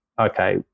okay